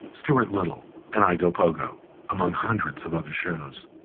stuart little and i go pogo among hundreds of other shows.